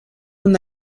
una